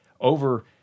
over